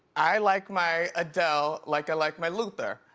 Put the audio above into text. i like my adele like i like my luther.